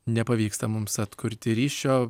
nepavyksta mums atkurti ryšio